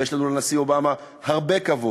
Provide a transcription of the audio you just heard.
ויש לנו לנשיא אובמה הרבה כבוד,